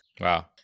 Wow